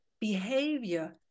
behavior